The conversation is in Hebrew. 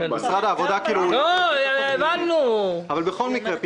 אבל בכל מקרה,